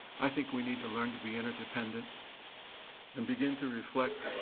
i think we need to learn to be interdependent and begin to reflect